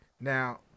Now